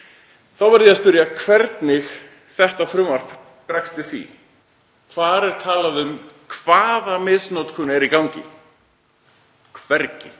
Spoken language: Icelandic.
þá verð ég að spyrja hvernig þetta frumvarp bregst við því. Hvar er talað um hvaða misnotkun er í gangi? Hvergi.